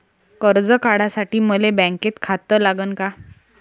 कर्ज काढासाठी मले बँकेत खातं लागन का?